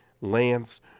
Lance